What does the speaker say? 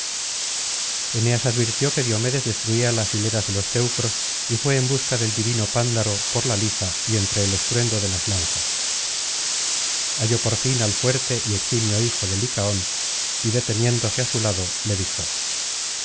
eneas advirtió que diomedes destruía las hileras de los teucros y fué en busca del divino pándaro por la liza y entre el estruendo de las lanzas halló por fin al fuerte y eximio hijo de licaón y deteniéndose á su lado le dijo